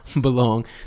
belong